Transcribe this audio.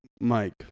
mike